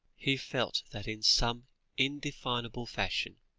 he felt that in some indefinable fashion,